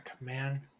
man